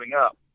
up